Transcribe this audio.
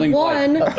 one.